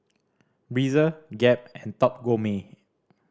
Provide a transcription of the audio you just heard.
Breezer Gap and Top Gourmet